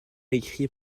écrit